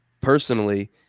personally